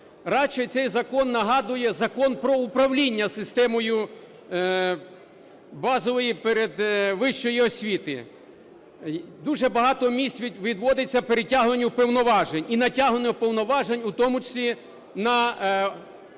Радше цей закон нагадує закон про управління системою базової передвищої освіти. Дуже багато місць відводиться перетягуванню повноважень і натягуванню повноважень у тому числі на